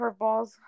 curveballs